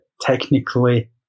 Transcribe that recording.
technically